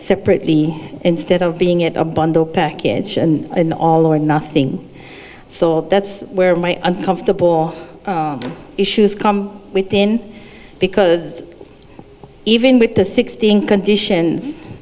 separately instead of being at a bundle package an all or nothing so that's where my uncomfortable issues come within because even with the sixteen conditions